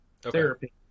therapy